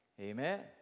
Amen